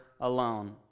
alone